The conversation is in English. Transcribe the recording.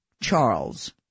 Charles